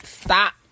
stop